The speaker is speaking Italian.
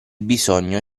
bisogno